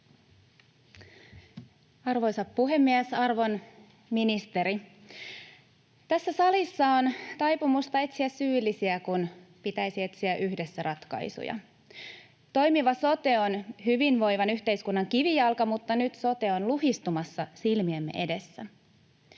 Arvoisa puhemies! Arvon ministeri! Tässä salissa on taipumusta etsiä syyllisiä, kun pitäisi etsiä yhdessä ratkaisuja. Toimiva sote on hyvinvoivan yhteiskunnan kivijalka, mutta nyt sote on luhistumassa silmiemme edessä.